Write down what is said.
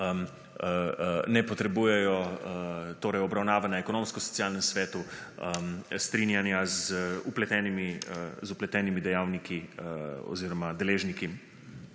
ne potrebujejo, torej obravnavo na Ekonomsko socialnem svetu, strinjanja z vpletenimi dejavniki oziroma deležniki,